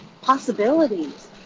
possibilities